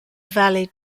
valley